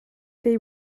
they